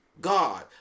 God